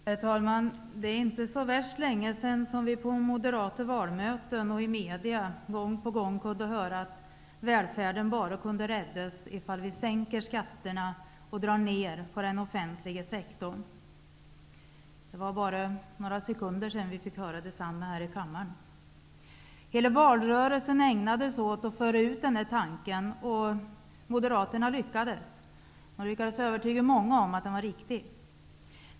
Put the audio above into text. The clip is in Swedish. Herr talman! Det är inte så värst länge sedan vi på moderata valmöten och i medierna gång på gång kunde höra att välfärden bara kunde räddas om vi sänkte skatterna och drog ned i den offent liga sektorn. Det var bara några sekunder sedan som vi fick höra detsamma här i kammaren. Hela valrörelsen ägnades åt att föra ut denna tanke, och Moderaterna lyckades övertyga många om att den var riktig.